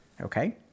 okay